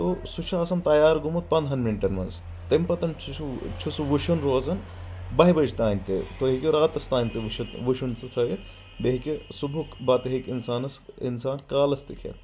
تو سُہ چھ آسان تیٲر گومُت پنٛدہن منٹن منٛز تمہِ پتن چھِ سُہ چھُ سُہ وشُن روزان باہہِ بجہِ تانۍ تہٕ تُہۍ ہیٚکو راتس تانۍ تہِ وشُن سُہ تھاوتھ بیٚیہِ ہیٚکہِ صبحک بتہٕ ہیٚکہِ انسانس انسان کالَس تہِ کیتھ